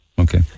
Okay